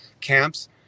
camps